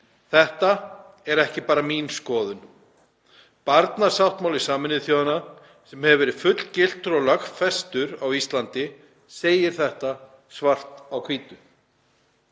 Þetta er ekki bara mín skoðun. Barnasáttmáli Sameinuðu þjóðanna, sem hefur verið fullgiltur og lögfestur á Íslandi, segir þetta svart á hvítu.